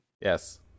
Yes